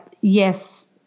yes